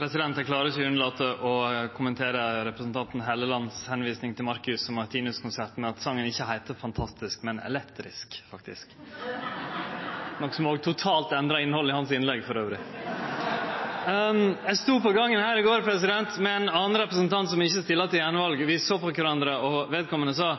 Eg klarer ikkje unnlate å kommentere representanten Hellelands referanse til Marcus & Martinus-konserten: Songen heiter ikkje «Fantastisk», men «Elektrisk», faktisk, noko som elles totalt endrar innhaldet i innlegget hans Eg stod på gangen her i går med ein annan representant som ikkje stiller til attval. Vi såg på kvarandre, og vedkomande sa: